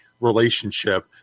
relationship